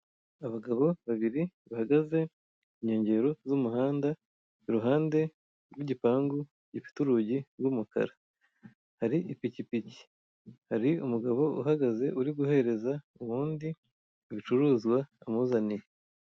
Abagabo babiri bahagaze ku nkengero z'umuhanda, iruhande rw'igipangu gifite urugi rw'umukara hari ipikipiki, hari umugabo uhagaze uri guhereza uw'undi ibicuruzwa amuzaniye.